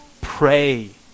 pray